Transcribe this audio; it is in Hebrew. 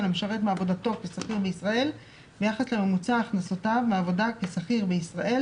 המשרת מעבודתו כשכיר בישראל ביחס לממוצע הכנסותיו כשכיר בישראל